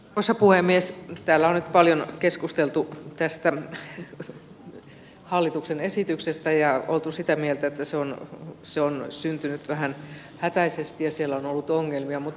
täällä on nyt paljon keskusteltu tästä hallituksen esityksestä ja oltu sitä mieltä että se on syntynyt vähän hätäisesti ja siellä on ollut ongelmia